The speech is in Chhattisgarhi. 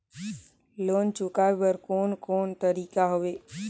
लोन चुकाए बर कोन कोन तरीका हवे?